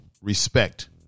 respect